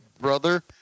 Brother